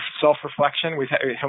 self-reflection